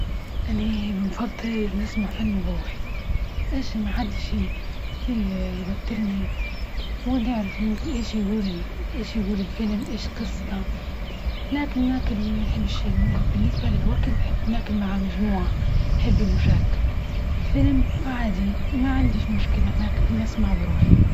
أني بنفضل نسمع فيلم وبروح ماشي محدش ي يوترني، ونعرف إني إيش يجول- إيش يجول الفيلم، إيش قصته، لكن ناكل منحبش بالنسبة للوكل نحب ناكل مع مجموعة حب المشاركة، الفيلم عادى معنديش مشكلة نسمع بروحى.